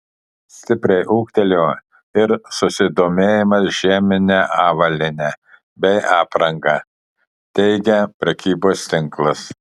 stipriai ūgtelėjo ir susidomėjimas žiemine avalyne bei apranga teigia prekybos tinklas